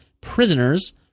Prisoners